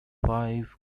five